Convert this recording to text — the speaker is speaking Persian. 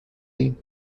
ایم